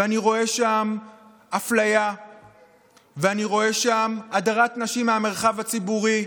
ואני רואה שם אפליה ואני רואה שם הדרת נשים מהמרחב הציבורי.